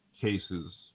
cases